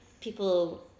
People